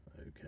Okay